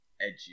edgy